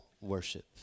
worship